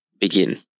Begin